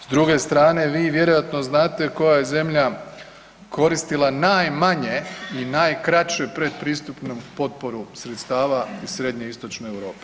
S druge strane vi vjerojatno znate koja je zemlja koristila najmanje i najkraće pretpristupnu potporu sredstava iz Srednje i Istočne Europi.